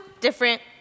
different